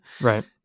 Right